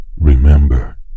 Remember